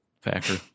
factor